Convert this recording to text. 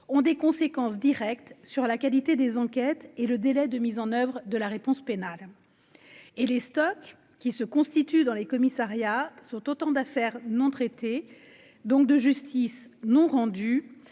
ont des conséquences directes sur la qualité des enquêtes et le délai de mise en oeuvre de la réponse pénale et les stocks qui se constituent dans les commissariats sont autant d'affaires non traitées, donc de justice non rendue